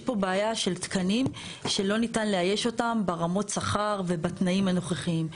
יש פה בעיה של תקנים שלא ניתן לאייש אותם ברמות שכר ובתנאים הנוכחיים.